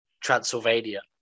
Transylvania